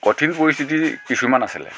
কঠিন পৰিস্থিতি কিছুমান আছিলে